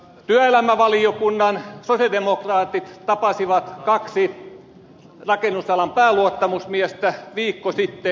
työelämävaliokunnan sosialidemokraatit tapasivat kaksi rakennusalan pääluottamusmiestä viikko sitten